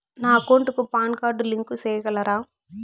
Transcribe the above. నా అకౌంట్ కు PAN card link సేయగలరా?